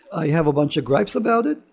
i have a bunch of gripes about it,